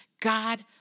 God